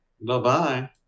Bye-bye